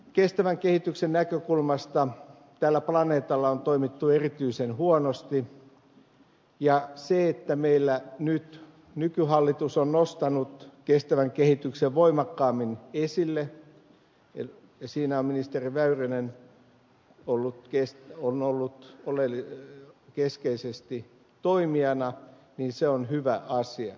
kestävän kehityksen näkökulmasta tällä planeetalla on toimittu erityisen huonosti ja se että meillä nykyhallitus on nostanut kestävän kehityksen voimakkaammin esille siinä on ministeri väyrynen ollut keskeisesti toimijana on hyvä asia